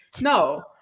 No